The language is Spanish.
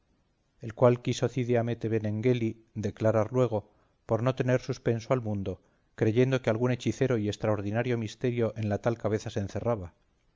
el cual quiso cide hamete benengeli declarar luego por no tener suspenso al mundo creyendo que algún hechicero y extraordinario misterio en la tal cabeza se encerraba